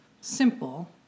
simple